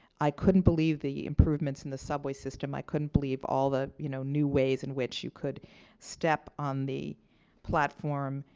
i couldn't believe the improvements in the subway system. i couldn't believe all the you know new ways in which you could step on the platform,